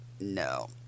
No